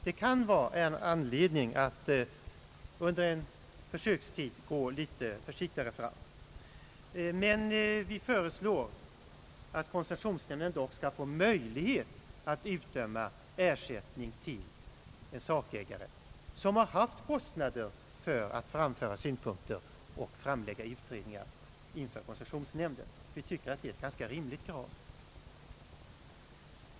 Det kan vara anledning att under en försökstid gå litet försiktigare fram. Vi föreslår dock att koncessionsnämnden skall få möjlighet att utdöma ersättning till en sakägare, som har haft kostnader för att framföra synpunkter och framlägga utredningar inför koncessionsnämnden. Vi tycker att detta är ett ganska rimligt krav.